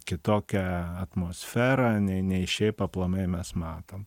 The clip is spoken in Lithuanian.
kitokią atmosferą nei nei šiaip aplamai mes matom